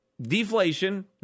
deflation